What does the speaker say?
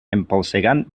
empolsegant